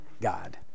God